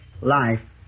life